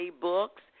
Books